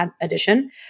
addition